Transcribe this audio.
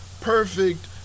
perfect